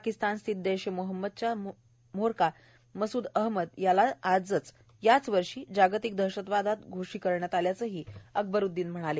पाकिस्तान स्थित जैश ए मोहम्मदच्या म्होरक्या मसूद अहमद याला याच वर्षी जागतिक दहशतवाद घोषित करण्यात आल्याचंही अकबरूद्दीन म्हणाले